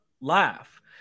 laugh